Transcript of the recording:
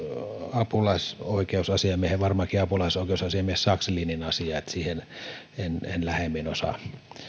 apulaisoikeusasiamiehen varmaankin apulaisoikeusasiamies sakslinin asia niin että siitä en lähemmin osaa